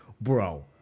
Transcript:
bro